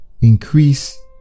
increase